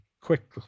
quick